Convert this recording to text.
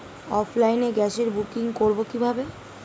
অফলাইনে গ্যাসের বুকিং করব কিভাবে?